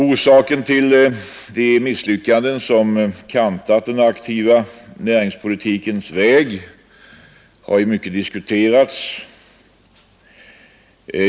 Orsakerna till de misslyckanden, som kantat den aktiva näringspolitikens väg, har ju mycket diskuterats.